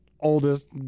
oldest